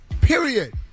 period